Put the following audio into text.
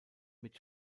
mit